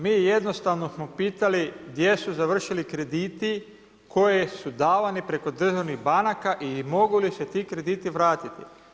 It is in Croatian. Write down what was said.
Mi jednostavno smo pitali gdje su završili krediti koje su davani preko državnih banaka i mogu li se ti krediti vratiti.